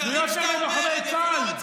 יוצא מאולם המליאה.) שיגיד מה שהוא רוצה.